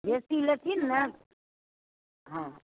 बेसी लेथिन ने हँ